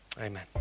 amen